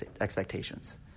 expectations